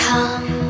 Come